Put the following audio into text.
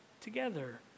together